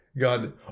God